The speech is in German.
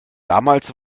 damals